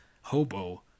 hobo